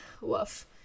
Woof